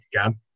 again